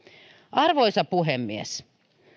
arvoisa puhemies